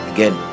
Again